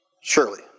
Surely